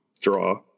draw